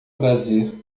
prazer